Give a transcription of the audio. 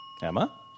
Emma